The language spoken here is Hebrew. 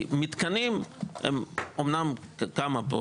כי מתקנים הם אמנם כמה פה,